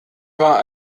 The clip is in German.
war